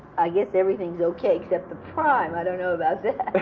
i guess everything's okay except the prime. i don't know about